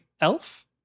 elf